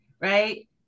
right